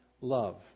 love